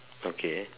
okay